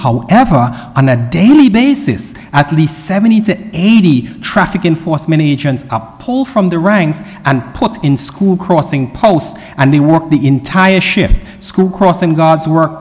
however on a daily basis at least seventy to eighty traffic enforcement agents up pull from the ranks and put in school crossing posts and they work the entire shift school crossing guards w